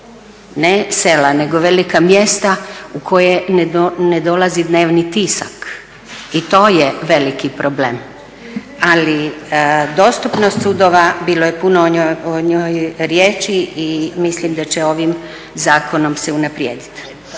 ne sela, nego velika mjesta u koja ne dolazi dnevni tisak i to je veliki problem, ali dostupnost sudova bilo je o njoj riječi i mislim da će ovim zakonom se unaprijediti.